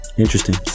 Interesting